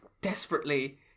desperately